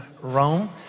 Rome